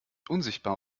unsichtbar